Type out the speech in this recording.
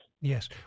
Yes